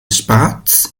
spatz